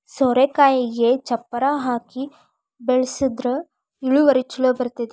ಸೋರೆಕಾಯಿಗೆ ಚಪ್ಪರಾ ಹಾಕಿ ಬೆಳ್ಸದ್ರ ಇಳುವರಿ ಛಲೋ ಬರ್ತೈತಿ